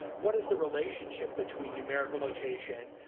what is the relationship between numerical notation,